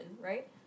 right